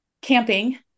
camping